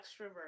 extrovert